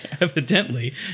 Evidently